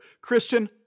Christian